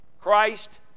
Christ